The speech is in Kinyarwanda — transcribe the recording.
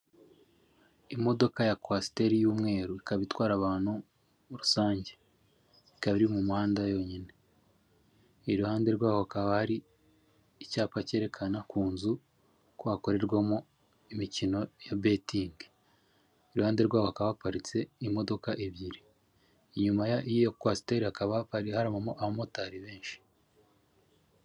Imodoka ya coaster y'umweru, ikaba itwara abantu rusange, ikaba iri mu muhanda yonyine, iruhande rwaho hakaba hari icyapa cyerekana ku nzu ko hakorerwamo imikino ya betingi, iruhande rwaho hakaba haparitse imodoka ebyiri, inyuma y'iyo coaster hakaba hari abamotari benshi.